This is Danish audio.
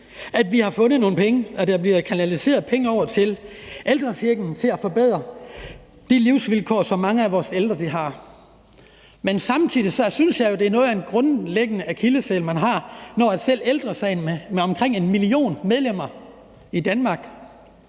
at vi har fundet nogle penge, og at der bliver kanaliseret penge over til ældrechecken til at forbedre de livsvilkår, som mange af vores ældre har. Men samtidig synes jeg jo, det er noget af en grundlæggende akilleshæl, man har, når selv Ældre Sagen med omkring en million medlemmer i Danmark